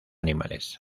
animales